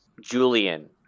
Julian